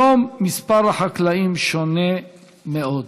היום מספר החקלאים שונה מאוד.